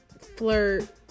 flirt